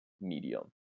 medium